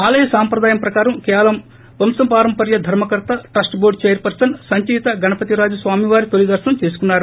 ఆలయ సాంప్రదాయం ప్రకారం కేవలం వంశపార్య ధర్మకర్త trust board chairperson Sanchaita Gajapathiraju స్వామివారి తొలి దర్శనం చేసుకున్నారు